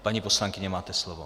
Paní poslankyně, máte slovo.